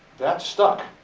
that stuck!